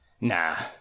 Nah